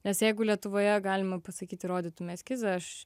nes jeigu lietuvoje galima pasakyti rodytum eskizą aš